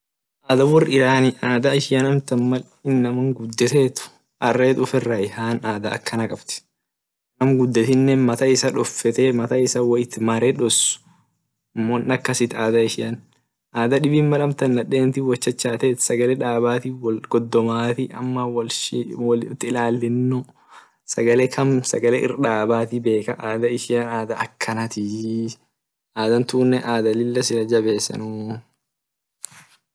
Ada wor iran ada mal inama gudet ared ufira hihan ada akana kabd nam guded mata woitmare dos won akasit ada ishian ada dibin mal amtan sagale dabe naden wolchachate sagale daba wolgodomt ama wot ilaleno kamit sagale ir dabati bek ada ishia tan ada tunne sila lila jabesenii.